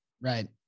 right